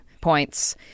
points